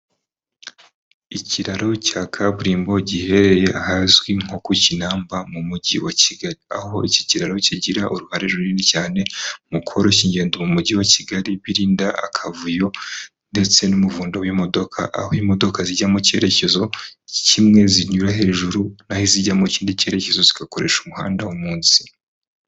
Ikiraro cya kaburimbo giherereye ahazwi nko ku Kinamba mu mujyi wa Kigali, aho iki kiraro kigira uruhare runini cyane mu koroshya cy'ingendo, mu mujyi wa Kigali, birinda akavuyo, ndetse n'umuvundo w'imodoka, aho imodoka zijya mu cyerekezo kimwe zinyura hejuru, naho izijya mu kindi cyerekezo zigakoresha umuhanda wo munsi.